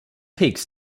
peaks